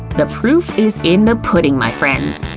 the proof is in the pudding, my friends!